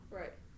right